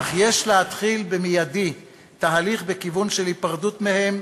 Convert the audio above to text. אך יש להתחיל במיידי תהליך בכיוון של היפרדות מהם,